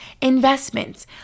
investments